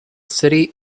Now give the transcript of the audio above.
city